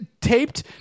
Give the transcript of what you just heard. taped